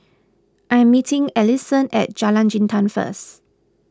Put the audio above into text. I am meeting Ellison at Jalan Jintan first